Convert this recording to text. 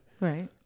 right